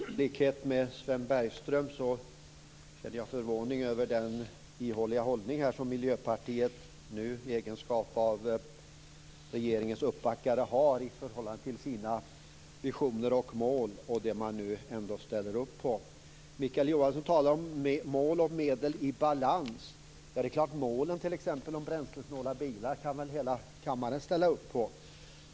Fru talman! I likhet med Sven Bergström känner jag förvåning över den ihåliga hållning som Miljöpartiet nu i egenskap av regeringens uppbackare har i förhållandet mellan sina visioner och mål och det man nu ändå ställer upp på. Mikael Johansson talar om mål och medel i balans. Ja, målen om t.ex. bränslesnåla bilar kan väl hela kammaren ställa upp på.